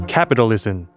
Capitalism